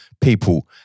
people